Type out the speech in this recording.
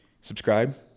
subscribe